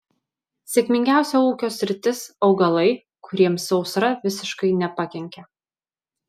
sėkmingiausia ūkio sritis augalai kuriems sausra visiškai nepakenkė